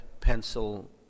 pencil